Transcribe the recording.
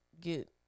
get